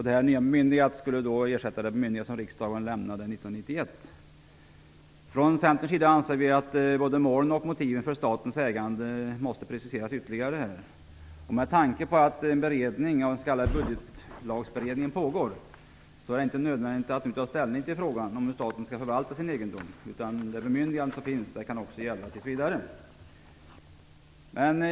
Detta bemyndigande skulle då ersätta det bemyndigande som riksdagen lämnade 1991. Från Centerns sida anser vi att både målen och motiven för statens ägande måste preciseras ytterligare. Med tanke på att en beredning, den s.k. budgetlagsberedningen, pågår är det inte nödvändigt att nu ta ställning till frågan om hur staten skall förvalta sin egendom. Det bemyndigande som finns kan också gälla tills vidare.